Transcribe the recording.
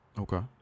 Okay